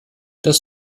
das